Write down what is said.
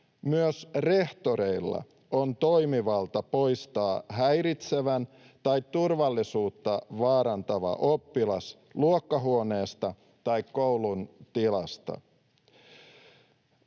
myös rehtoreilla on toimivalta poistaa häiritsevä tai turvallisuutta vaarantava oppilas luokkahuoneesta tai koulun tilasta.